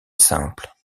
simples